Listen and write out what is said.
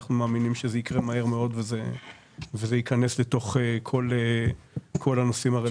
אנחנו מאמינים שזה יקרה מהר מאוד וזה ייכנס לתוך כל הנושאים הרלוונטיים.